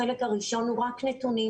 החלק הראשון הוא רק נתונים,